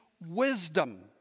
Wisdom